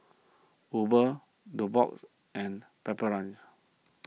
Uber Nubox and Pepper Lunch